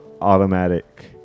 automatic